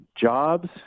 jobs